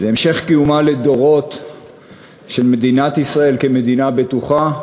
היא המשך קיום מדינת ישראל לדורות כמדינה בטוחה,